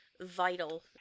vital